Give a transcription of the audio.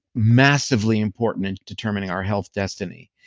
massively important in determining our health destiny.